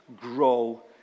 grow